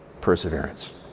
perseverance